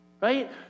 Right